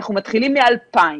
אנחנו מתחילים מ-2,000.